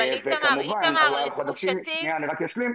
איתמר, אבל לתחושתי --- אני רק אשלים.